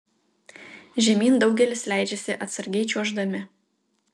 žemyn daugelis leidžiasi atsargiai čiuoždami